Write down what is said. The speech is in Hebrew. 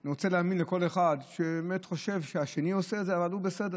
אני רוצה להאמין לכל אחד שבאמת חושב שהשני עושה את זה אבל הוא בסדר.